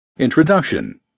Introduction